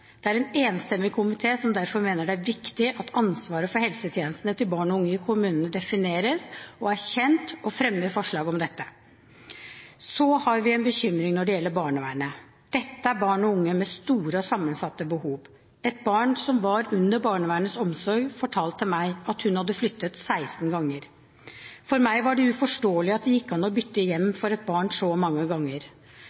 Det er en enstemmig komité som derfor mener det er viktig at ansvaret for helsetjenestene til barn og unge i kommunene defineres og er kjent, og vi fremmer forslag om dette. Så har vi en bekymring når det gjelder barnevernet. Dette er barn og unge med store og sammensatte behov. Et barn som var under barnevernets omsorg, fortalte meg at hun hadde flyttet 16 ganger. For meg var det uforståelig at det gikk an å bytte hjem